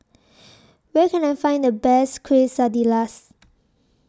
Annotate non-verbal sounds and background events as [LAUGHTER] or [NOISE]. [NOISE] Where Can I Find The Best Quesadillas